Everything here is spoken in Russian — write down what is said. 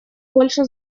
больше